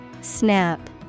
Snap